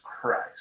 Christ